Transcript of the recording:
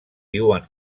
diuen